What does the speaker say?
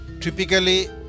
Typically